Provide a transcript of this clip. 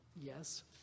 Yes